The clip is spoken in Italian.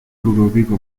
ludovico